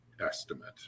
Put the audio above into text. estimate